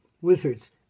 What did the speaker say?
wizards